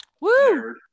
Woo